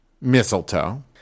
Mistletoe